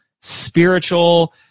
spiritual